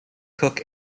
cook